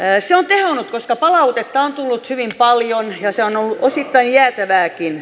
se on tehonnut koska palautetta on tullut hyvin paljon ja se on ollut osittain jäätävääkin